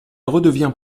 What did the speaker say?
redevient